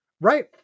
Right